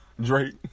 Drake